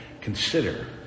consider